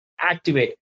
Activate